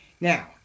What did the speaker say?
Now